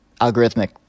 algorithmic